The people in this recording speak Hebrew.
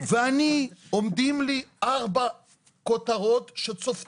אני אשמח רק לומר - באמת ראיתי שגם דה-מרקר העלו כתבות על